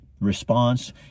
response